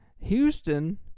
Houston